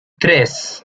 tres